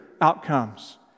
outcomes